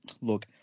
Look